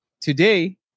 Today